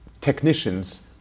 technicians